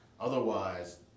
otherwise